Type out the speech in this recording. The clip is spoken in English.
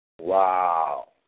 Wow